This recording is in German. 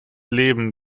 leben